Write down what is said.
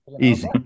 Easy